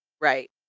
Right